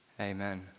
Amen